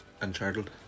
Uncharted